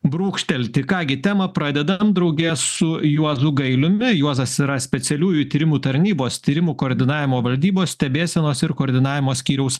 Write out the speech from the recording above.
brūkštelti ką gi temą pradedam drauge su juozu gailiumi juozas yra specialiųjų tyrimų tarnybos tyrimų koordinavimo valdybos stebėsenos ir koordinavimo skyriaus